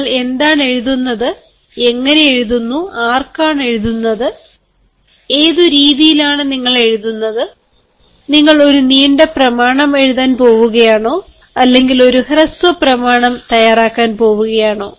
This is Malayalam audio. നിങ്ങൾ എന്താണ് എഴുതുന്നത് എങ്ങനെ എഴുതുന്നു ആർക്കാണ് എഴുതുന്നത് ഏത് രീതിയിലാണ് നിങ്ങൾ എഴുതുന്നത് നിങ്ങൾ ഒരു നീണ്ട പ്രമാണം എഴുതാൻ പോവുകയാണോ അല്ലെങ്കിൽ ഒരു ഹ്രസ്വ പ്രമാണം തയ്യാറാക്കാൻ പോവുകയാണോ